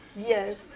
yes.